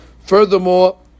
Furthermore